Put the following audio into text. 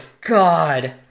God